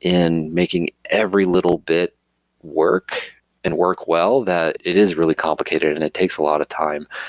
in making every little bit work and work well, that it is really complicated and it takes a lot of time.